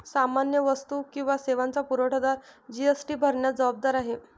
सामान्य वस्तू किंवा सेवांचा पुरवठादार जी.एस.टी भरण्यास जबाबदार आहे